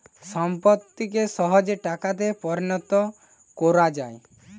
সম্পত্তিকে সহজে টাকাতে পরিণত কোরা যায়